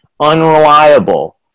unreliable